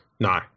No